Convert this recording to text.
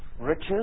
riches